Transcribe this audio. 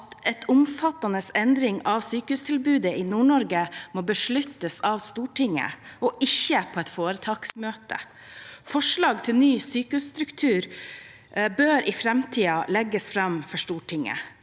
at en omfattende endring av sykehustilbudet i Nord-Norge må besluttes av Stortinget og ikke på et foretaksmøte. Forslag til ny sykehusstruktur bør i fram tiden legges fram for Stortinget.